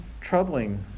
troubling